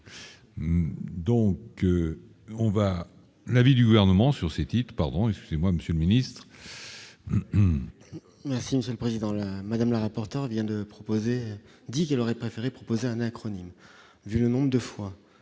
on va l'avis du gouvernement sur ce type, pardon, excusez-moi, monsieur le Ministre. Merci Monsieur le Président, la madame la rapporteure vient de proposer, dit il aurait préféré proposer un acronyme, vu le nombre de fois